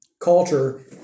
culture